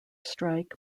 strike